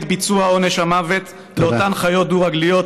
ביצוע עונש המוות לאותן חיות דו-רגליות.